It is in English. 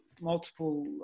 multiple